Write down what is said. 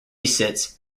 sits